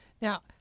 Now